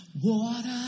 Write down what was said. Water